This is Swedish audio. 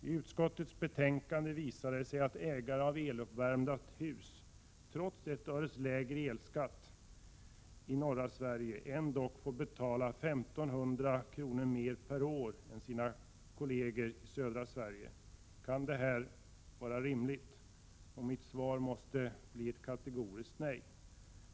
Av utskottets betänkande framgår det att ägare av eluppvärmda hus i norra Sverige trots 1 öre lägre elskatt får betala 1 500 kr. mer per år än sina kolleger i södra Sverige. Kan detta vara rimligt? Mitt svar måste bli ett kategoriskt nej.